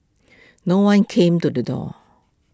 no one came to the door